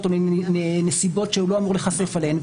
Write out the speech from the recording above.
או נסיבות שהוא לא אמור להיחשף אליהן,